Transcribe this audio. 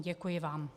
Děkuji vám.